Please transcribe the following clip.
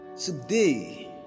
Today